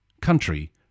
country